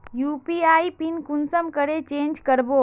UPI PIN कुंसम करे change करबो?